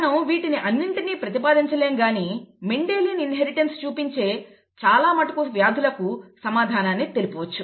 మనం వీటిని అన్నింటికీ ప్రతిపాదించలేము గాని మెండెలియన్ ఇన్హెరిటెన్స్ చూపించే చాలామటుకు వ్యాధులకు సమాధానాన్ని తెలుపవచ్చు